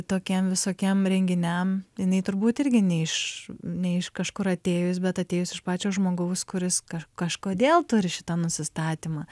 tokiem visokiem renginiam jinai turbūt irgi ne iš ne iš kažkur atėjus bet atėjus iš pačio žmogaus kuris kaž kažkodėl turi šitą nusistatymą